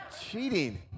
cheating